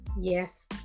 yes